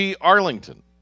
Arlington